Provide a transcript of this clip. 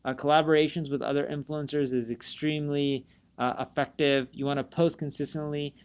ah collaborations with other influencers is extremely effective. you want to post consistently,